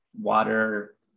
water